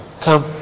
Come